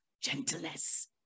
gentleness